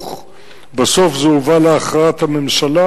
ארוך ובסוף זה הובא להכרעת הממשלה.